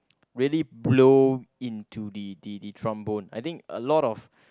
really blow into the the the trombone I think a lot of